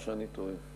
או שאני טועה?